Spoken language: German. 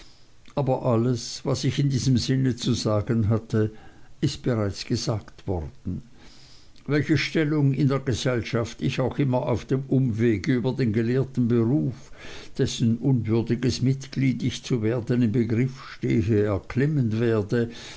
aber alles was ich in diesem sinn zu sagen hatte ist bereits gesagt worden welche stellung in der gesellschaft ich auch immer auf dem umwege über den gelehrten beruf dessen unwürdiges mitglied ich zu werden im begriff stehe erklimmen werde